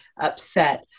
upset